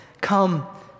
Come